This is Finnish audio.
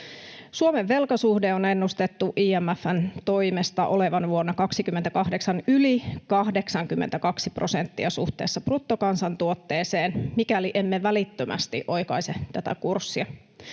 Suomen velkasuhteen on ennustettu IMF:n toimesta olevan vuonna 28 yli 82 prosenttia suhteessa bruttokansantuotteeseen, mikäli emme välittömästi oikaise tätä kurssia.